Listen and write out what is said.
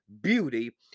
beauty